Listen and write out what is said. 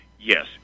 yes